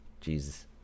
Jesus